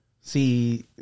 see